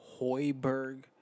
Hoiberg